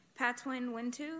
Patwin-Wintu